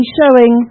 showing